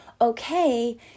Okay